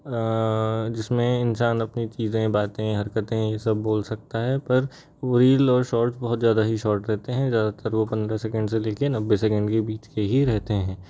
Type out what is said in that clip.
जिसमें इंसान अपनी चीज़ें बातें हरकतें यह सब बोल सकता है पर रील और शॉर्ट बहुत ज़्यादा ही शॉर्ट रहते हैं ज़्यादातर वह पन्द्रह सेकंड से ले कर नब्बे सेकंड के बीच के ही रहते हैं